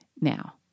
Now